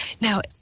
Now